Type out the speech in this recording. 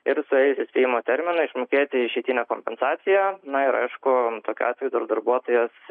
ir jisai suėjimo terminą išmokėti išeitinę kompensaciją na ir aišku tokiu atveju darbuotojas